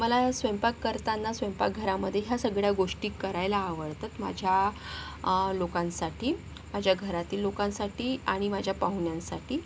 मला स्वयंपाक करताना स्वयंपाकघरामध्ये ह्या सगळ्या गोष्टी करायला आवडतात माझ्या लोकांसाठी माझ्या घरातील लोकांसाठी आणि माझ्या पाहुण्यांसाठी